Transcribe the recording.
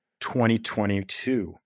2022